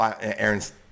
Aaron's